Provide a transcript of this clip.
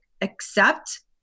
accept